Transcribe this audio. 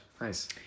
Nice